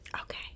okay